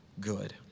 good